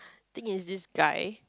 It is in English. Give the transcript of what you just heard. thing is this guy